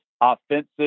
offensive